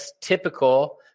typical